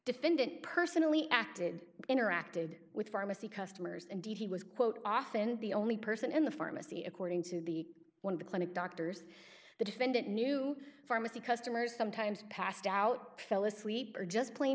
defendant personally acted interacted with pharmacy customers and did he was quote often the only person in the pharmacy according to the one of the clinic doctors the defendant knew pharmacy customers sometimes passed out fell asleep or just plain